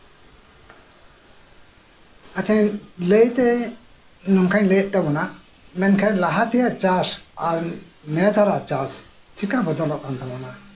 ᱟᱪᱪᱷᱟ ᱞᱟᱹᱭᱛᱮ ᱱᱚᱝᱠᱟᱧ ᱞᱟᱹᱭᱮᱫ ᱛᱟᱵᱳᱱᱟ ᱞᱟᱦᱟ ᱛᱮᱱᱟᱜ ᱪᱟᱥ ᱟᱨ ᱱᱮᱛᱟᱨᱟᱜ ᱪᱟᱥ ᱪᱤᱠᱟ ᱵᱚᱫᱚᱞᱚᱜ ᱠᱟᱱ ᱛᱟᱵᱳᱱᱟ